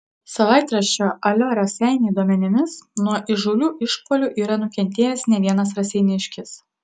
savaitraščio alio raseiniai duomenimis nuo įžūlių išpuolių yra nukentėjęs ne vienas raseiniškis